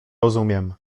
rozumiem